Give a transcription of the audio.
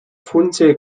funzel